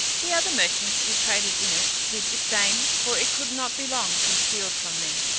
the other merchants, who traded in it, did the same, for it could not be long concealed from them.